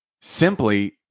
simply